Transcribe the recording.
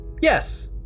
Yes